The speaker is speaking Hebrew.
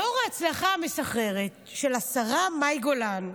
לאור ההצלחה המסחררת של השרה מאי גולן,